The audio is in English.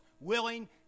willing